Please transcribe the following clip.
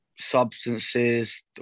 substances